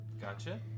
Gotcha